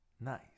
Nice